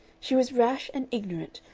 she was rash and ignorant,